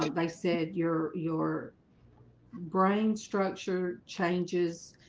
they said your your brain structure changes,